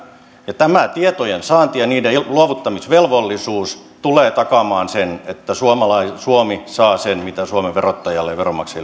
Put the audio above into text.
ja tämä tietojen saanti ja niiden luovuttamisvelvollisuus tulee takaamaan sen että suomi saa sen mitä suomen verottajalle ja veronmaksajille